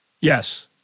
Yes